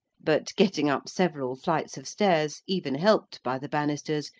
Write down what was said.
but getting up several flights of stairs, even helped by the bannisters,